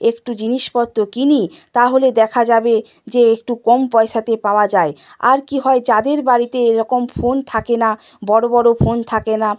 একটু জিনিসপত্র কিনি তাহলে দেখা যাবে যে একটু কম পয়সাতে পাওয়া যায় আর কী হয় যাদের বাড়িতে এরকম ফোন থাকে না বড় বড় ফোন থাকে না